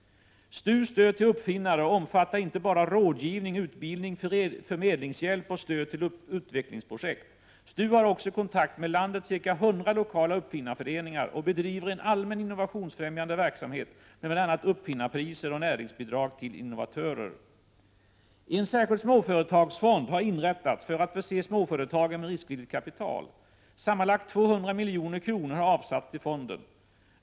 STU:s stöd till uppfinnare omfattar inte bara rådgivning, utbildning, förmedlingshjälp och stöd till utvecklingsprojekt. STU har också kontakt med landets ca 100 lokala uppfinnarföreningar och bedriver en allmänt innovationsfrämjande verksamhet med bl.a. uppfinnarpriser och näringsbidrag till innovatörer. En särskild småföretagsfond har inrättats för att förse småföretagen med riskvilligt kapital. Sammanlagt 200 milj.kr. har avsatts till fonden.